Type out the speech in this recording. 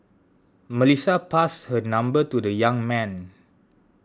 Melissa passed her number to the young man